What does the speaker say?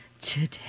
Today